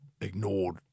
ignored